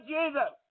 Jesus